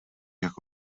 jak